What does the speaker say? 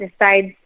decides